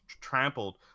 trampled